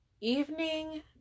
evening